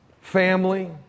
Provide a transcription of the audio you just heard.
family